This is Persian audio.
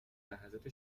لحظات